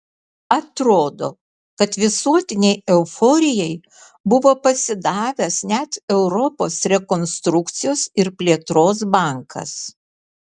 atrodo kad visuotinei euforijai buvo pasidavęs net europos rekonstrukcijos ir plėtros bankas